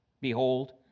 Behold